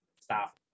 stop